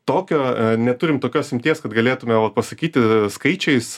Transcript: tokio neturim tokios iminties kad galėtume pasakyti skaičiais